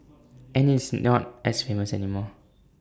and IT is not as famous anymore